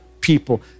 people